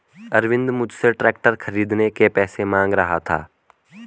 अरविंद मुझसे ट्रैक्टर खरीदने के पैसे मांग रहा था